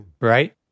right